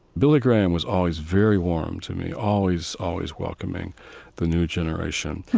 billy graham was always very warm to me, always, always welcoming the new generation